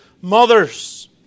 Mothers